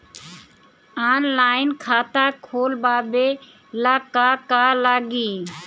Online खाता खोलबाबे ला का का लागि?